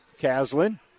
Kaslin